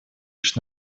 лишь